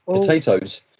potatoes